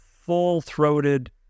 full-throated